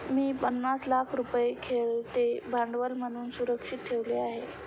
मी पन्नास लाख रुपये खेळते भांडवल म्हणून सुरक्षित ठेवले आहेत